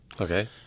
Okay